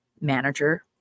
manager